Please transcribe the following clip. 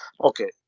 Okay